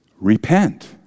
Repent